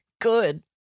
Good